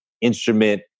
instrument